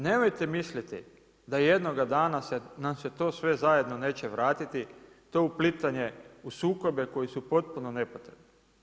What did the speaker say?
Nemojte misliti da jednoga dana nam se to sve zajedno neće vratiti, to uplitanje u sukobe koji su potpuno nepotrebni.